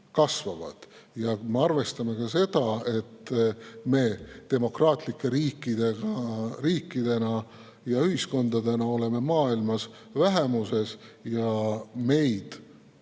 kasvavad. Ja kui me arvestame ka seda, et me demokraatlike riikidena ja ühiskondadena oleme maailmas vähemuses ja meid